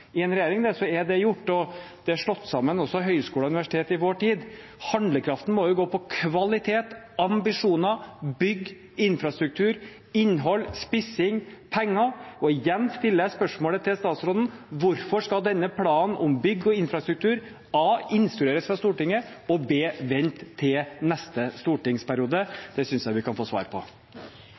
i en regjering, og så er det gjort. Vi har også slått sammen høyskoler og universiteter i vår tid. Handlekraften må gå på kvalitet, ambisjoner, bygg, infrastruktur, innhold, spissing, penger. Og igjen stiller jeg spørsmålet til statsråden: Hvorfor skal denne planen om bygg og infrastruktur a) instrueres av Stortinget, og b) vente til neste stortingsperiode? Det synes jeg vi kan få svar på.